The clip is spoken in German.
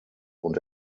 und